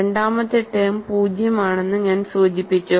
രണ്ടാമത്തെ ടേം 0 ആണെന്ന് ഞാൻ സൂചിപ്പിച്ചു